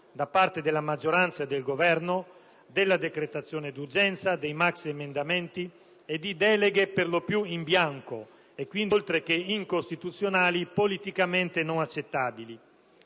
da parte della maggioranza e del Governo della decretazione d'urgenza, dei maxiemendamenti e di deleghe per lo più in banco, oltre che incostituzionali: quindi, politicamente non accettabili.